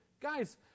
Guys